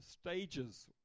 stages